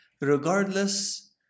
regardless